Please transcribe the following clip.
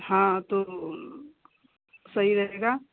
हाँ तो सही रहेगा